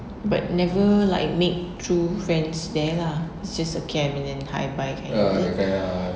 but never like make true friends there lah it's just a camp and then hi bye kind like